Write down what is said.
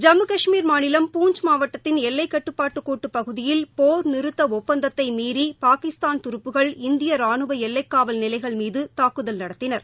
ஜம்ஐமு கஷ்மீர் மாநிலம் பூஞ்ச் மாவட்டத்தின் எல்லைக் கட்டுப்பாட்டுக் கோட்டுப் பகுதியில் போர் நிறுத்தஒப்பந்தத்தைமீறி பாகிஸ்தான் தரப்புகள் இந்தியரானுவளல்லைக்காவல் நிலைகள் மீதுதாக்குதல் நடத்தினர்